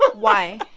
but why?